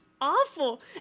awful